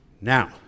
Now